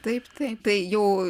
taip taip tai jau